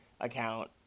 account